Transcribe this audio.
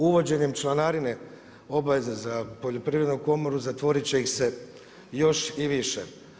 Uvođenjem članarine, obaveza za poljoprivrednu komoru, zatvoriti će se još i više.